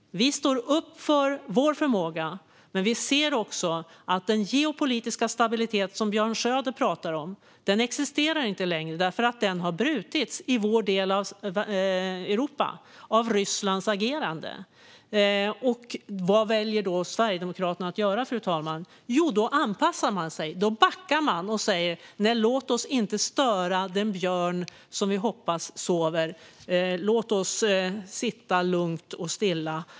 Vi står upp för vår förmåga men ser också att den geopolitiska stabilitet som Björn Söder talar om inte existerar längre. I vår del av Europa har den brutits av Rysslands agerande. Fru talman! Vad väljer Sverigedemokraterna att göra? De anpassar sig, backar och säger: Låt oss inte väcka den björn vi hoppas sover. Låt oss sitta lugnt och stilla.